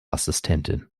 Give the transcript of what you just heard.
assistentin